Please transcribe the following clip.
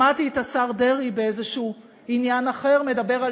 שמעתי את השר דרעי באיזה עניין אחר מדבר על